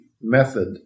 method